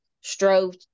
strove